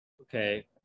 Okay